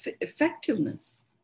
effectiveness